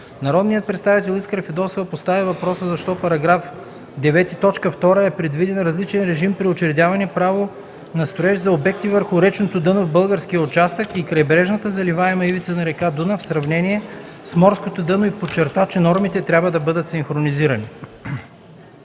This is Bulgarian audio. Народният представител Искра Фидосова постави въпроса защо в § 9, т. 2 е предвиден различен режим при учредяване право на строеж за обекти върху речното дъно в българския участък и крайбрежната заливаема ивица на река Дунав в сравнение с морското дъно и подчерта, че нормите трябва да бъдат синхронизирани.